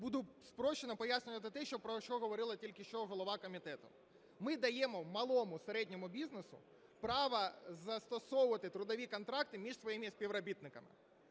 буду спрощено пояснювати те, про що говорила тільки що голова комітету. Ми даємо малому, середньому бізнесу право застосовувати трудові контракти між своїми співробітниками.